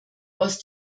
aus